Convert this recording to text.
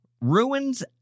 ruins